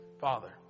Father